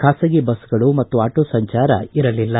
ಖಾಸಗಿ ಬಸ್ಗಳು ಮತ್ತು ಆಟೋ ಸಂಚಾರ ಇರಲಿಲ್ಲ